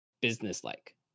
business-like